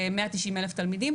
כ-190,000 תלמידים.